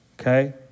okay